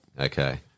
okay